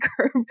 curve